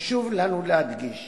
חשוב לנו להדגיש